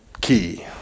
key